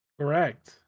Correct